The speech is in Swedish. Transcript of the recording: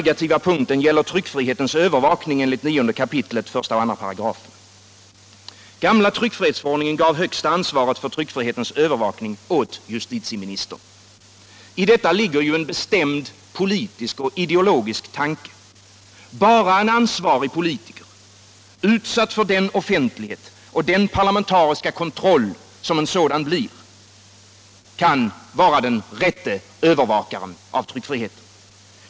Gamla tryckfrihetsförordningen gav det högsta ansvaret för tryckfrihetens övervakning åt justitieministern. I detta ligger en bestämd politisk och idcologisk tanke. Bara en ansvarig politiker, utsatt för den offentlighet och den parlamentariska kontroll som en sådan blir, kan vara den rätte övervakaren av tryckfriheten.